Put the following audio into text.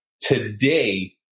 today